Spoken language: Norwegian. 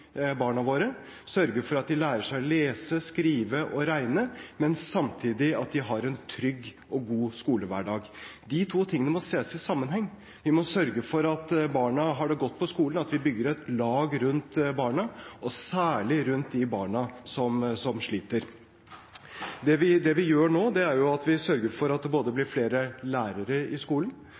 barna våre, sørge for at de lærer seg å lese, skrive og regne, men samtidig at de har en trygg og god skolehverdag. De to tingene må ses i sammenheng. Vi må sørge for at barna har det godt på skolen, at vi bygger et lag rundt barna, og særlig rundt de barna som sliter. Det vi gjør nå, er at vi sørger for at det blir flere lærere i skolen.